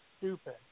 stupid